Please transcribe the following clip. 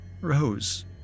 Rose